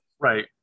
Right